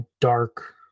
dark